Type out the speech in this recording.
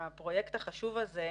הפרויקט החשוב הזה,